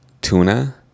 tuna